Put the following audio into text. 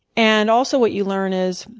and also what you learn is,